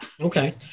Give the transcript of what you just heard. Okay